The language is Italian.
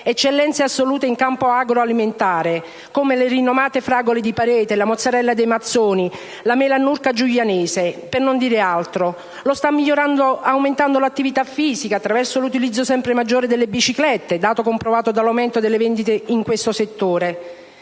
eccellenze assolute in campo agroalimentare, come le rinomate fragole di Parete, la mozzarella dei Mazzoni, la mela annurca giuglianese, per non dire altro; lo sta migliorando aumentando l'attività fisica, attraverso l'utilizzo sempre maggiore delle biciclette, dato comprovato dall'aumento delle vendite in questo settore.